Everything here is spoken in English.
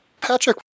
Patrick